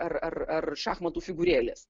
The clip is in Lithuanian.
ar ar šachmatų figūrėlės